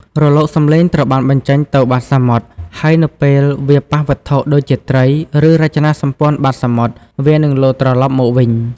រលកសំឡេងត្រូវបានបញ្ចេញទៅបាតទឹក ហើយនៅពេលវាប៉ះវត្ថុ ដូចជាត្រី ឬរចនាសម្ព័ន្ធបាតសមុទ្រ វានឹងលោតត្រឡប់មកវិញ។